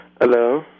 Hello